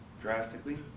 drastically